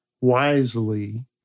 wisely—